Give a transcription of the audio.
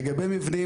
לגבי המבנים,